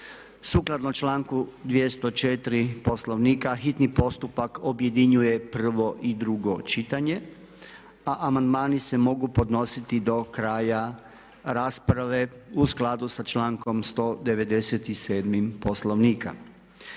Sukladno članku 204. Poslovnika hitni postupak objedinjuje prvo i drugo čitanje, a amandmani se mogu podnositi do kraja rasprave u skladu sa člankom 197. Poslovnika.